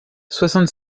soixante